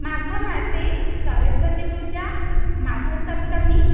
माघमासे सरस्वतीपूजा माघसप्तमी